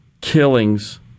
killings